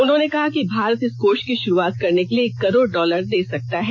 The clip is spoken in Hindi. उन्होंने कहा कि भारत इस कोष की शुरूआत करने के लिए एक करोड़ डॉलर दे सकता है